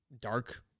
dark